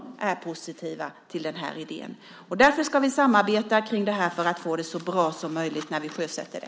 De är positiva till idén. Därför ska vi samarbeta om det här för att få det så bra som möjligt när vi sjösätter det.